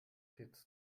hits